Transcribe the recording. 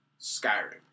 Skyrim